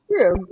true